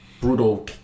brutal